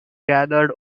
gathered